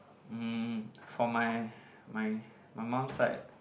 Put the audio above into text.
mm for my my my mum side